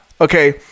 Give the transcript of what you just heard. Okay